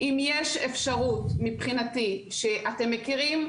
אם יש אפשרות מבחינתי שאתם מכירים,